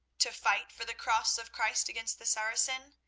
to fight for the cross of christ against the saracen?